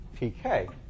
pk